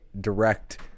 direct